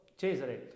Cesare